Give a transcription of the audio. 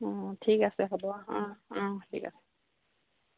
অঁ ঠিক আছে হ'ব অঁ অঁ ঠিক আছে